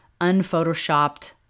Unphotoshopped